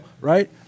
right